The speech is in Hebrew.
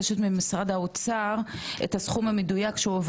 שהועבר אליהם מכספי פיקדון עובדים ועובדות זרות.